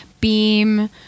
beam